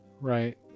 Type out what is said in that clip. right